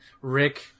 Rick